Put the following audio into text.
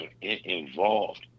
involved